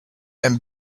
and